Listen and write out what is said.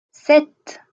sept